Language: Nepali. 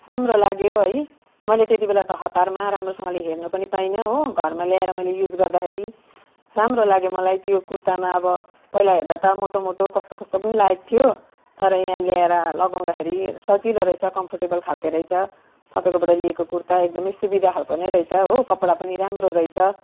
राम्रो लाग्यो है मैले त्यति बेला त हतारमा राम्रोसँगले हेर्नु पनि पाइनँ हो घरमा ल्याएर मैले युज गर्दाखेरि राम्रो लाग्यो मलाई त्यो कुर्तामा अब पहिला हेर्दा त मोटो मोटो कस्तो कस्तो पनि लागेको थियो तर यहाँ ल्याएर लगाउँदाखेरि सजिलो रहेछ कम्फर्टेबल खाले रहेछ तपाईँको बाट लिएको कुर्ता एकदम सुविधा खाले नै रहेछ हो कपडा पनि राम्रो रहेछ